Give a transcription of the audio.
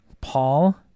Paul